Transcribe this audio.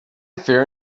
fear